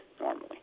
normally